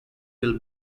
will